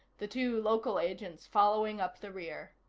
the two local agents following up the rear.